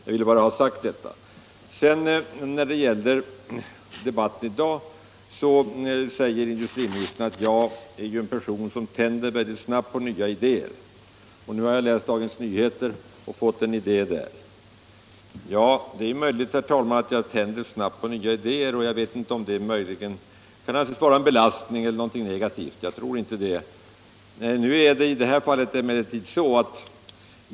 Jag ville bara ha detta sagt. När det sedan gäller debatten i dag säger industriministern att jag är en person som tänder mycket snabbt på nya idéer. Nu har jag läst Dagens Nyheter och fått en idé där. Det är möjligt, herr talman, att jag tänder snabbt på nya idéer. Jag vet inte om det kan vara en belastning. Jag tror inte det.